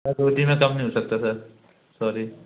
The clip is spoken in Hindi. रोटी में कम नहीं हो सकता सर सॉरी